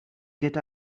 get